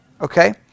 Okay